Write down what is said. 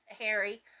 Harry